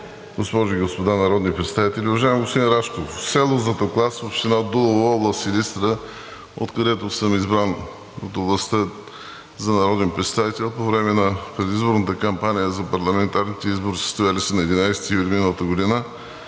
госпожи и господа народни представители! Уважаеми господин Рашков, в село Златоклас, община Дулово, област Силистра, откъдето съм избран – от областта, за народен представител по време на предизборната кампания за парламентарните избори, състояли се на 11 юли миналата година,